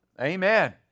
Amen